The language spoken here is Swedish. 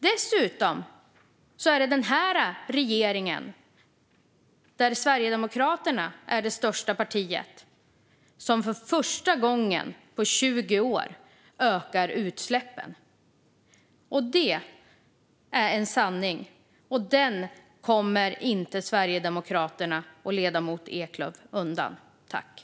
Dessutom är det den här regeringen, där Sverigedemokraterna är det största partiet i regeringsunderlaget, som första gången på 20 år ökar utsläppen. Det är en sanning, och den kommer Sverigedemokraterna och ledamoten Eklöf inte undan.